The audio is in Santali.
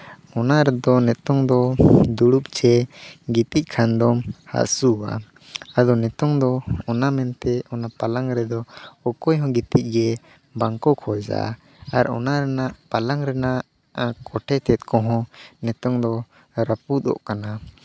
ᱚᱱᱟ ᱨᱮᱫᱚ ᱱᱤᱛᱚᱝ ᱫᱚ ᱫᱩᱲᱩᱵ ᱪᱮ ᱜᱤᱛᱤᱡ ᱠᱷᱟᱱ ᱫᱚᱢ ᱦᱟᱹᱥᱩᱣᱟ ᱟᱫᱚ ᱱᱤᱛᱚᱜ ᱫᱚ ᱚᱱᱟ ᱢᱮᱱᱛᱮ ᱚᱱᱟ ᱯᱟᱞᱟᱝᱠ ᱨᱮᱫᱚ ᱚᱠᱚᱭ ᱦᱚᱸ ᱜᱤᱛᱤᱡ ᱜᱮ ᱵᱟᱝ ᱠᱚ ᱠᱷᱚᱡᱟ ᱟᱨ ᱚᱱᱟ ᱨᱮᱱᱟᱜ ᱯᱟᱞᱟᱝᱠ ᱠᱚᱴᱷᱮ ᱛᱮᱫ ᱠᱚᱦᱚᱸ ᱱᱤᱛᱚᱝ ᱫᱚ ᱨᱟᱹᱯᱩᱫᱚᱜ ᱠᱟᱱᱟ